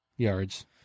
yards